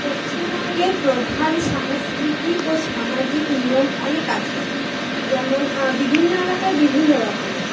পশ্চিমবঙ্গের প্রধান সাংস্কৃতিক ও সামাজিক নিয়ম অনেক আছে যেমন বিভিন্ন এলাকায় বিভিন্ন রকমের